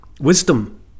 wisdom